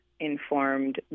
informed